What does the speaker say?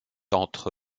entre